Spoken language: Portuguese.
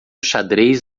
xadrez